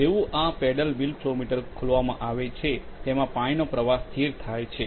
જેવું આ paddle wheel flow meter ખોલવામાં આવે છે તેમાં પાણીનો પ્રવાહ સ્થિર થાય છે